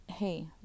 Hey